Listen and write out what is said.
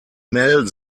mel